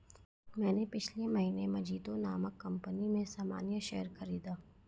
मैंने पिछले महीने मजीतो नामक कंपनी में सामान्य शेयर खरीदा